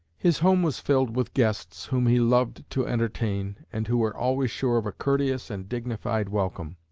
his home was filled with guests whom he loved to entertain and who were always sure of a courteous and dignified welcome.